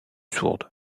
sourde